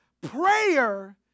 Prayer